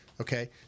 Okay